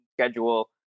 schedule